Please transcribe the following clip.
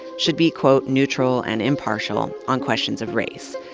should be quote neutral and impartial on questions of race.